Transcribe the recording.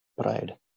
Pride